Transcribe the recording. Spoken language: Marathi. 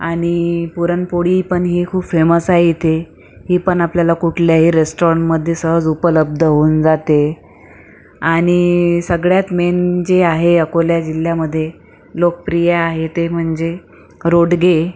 आणि पुरणपोळी पण ही खूप फेमस आहे इथे ही पण आपल्याला कुठल्याही रेस्ट्राँट मध्ये सहज उपलब्ध होऊन जाते आणि सगळ्यात मेन जे आहे अकोला जिल्ह्यामधे लोकप्रिय आहे ते म्हणजे रोडगे